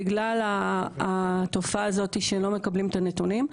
בגלל התופעה הזאת שהם לא מקבלים את הנתונים.